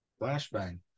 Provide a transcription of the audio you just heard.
flashbang